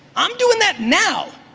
i'm doing that now.